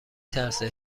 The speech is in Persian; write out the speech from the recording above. ترسه